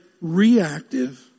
reactive